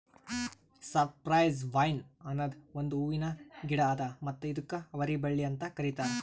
cypress vine ಅನದ್ ಒಂದು ಹೂವಿನ ಗಿಡ ಅದಾ ಮತ್ತ ಇದುಕ್ ಅವರಿ ಬಳ್ಳಿ ಅಂತ್ ಕರಿತಾರ್